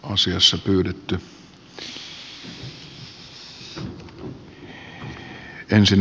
asiassa kuin oppositiossa